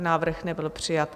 Návrh nebyl přijat.